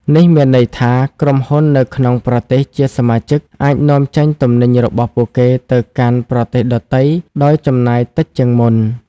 នេះមានន័យថា ក្រុមហ៊ុននៅក្នុងប្រទេសជាសមាជិកអាចនាំចេញទំនិញរបស់ពួកគេទៅកាន់ប្រទេសដទៃដោយចំណាយតិចជាងមុន។